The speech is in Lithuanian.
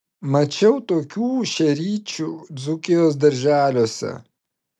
mačiau tokių šeryčių dzūkijos darželiuose